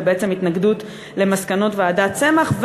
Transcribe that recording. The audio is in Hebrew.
ובעצם התנגדות למסקנות ועדת צמח,